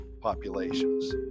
populations